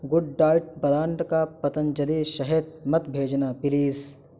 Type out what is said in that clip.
good diet brand کا پتنجلی شہد مت بھیجنا پلیز